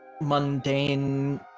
Mundane